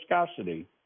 viscosity